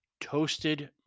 Toasted